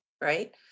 right